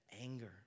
anger